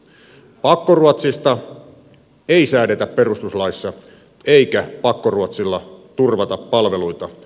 pakkoruotsista ei säädetä perustuslaissa eikä pakkoruotsilla turvata palveluita